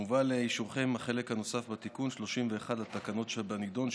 מובא לאישורכם החלק הנוסף בתיקון 31 לתקנות שבנדון,